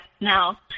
now